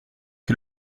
que